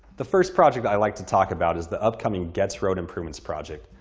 the first project i'd like to talk about is the upcoming goetz road improvements project.